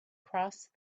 crossed